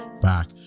back